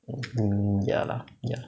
mm ya lah ya